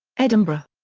edinburgh.